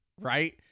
Right